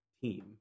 team